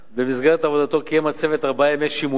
במסגרת עבודתו קיים הצוות ארבעה ימי שימועים